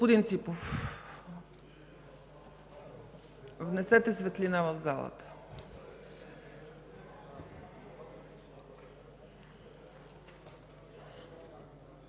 Господин Ципов, внесете светлина в залата.